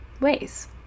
ways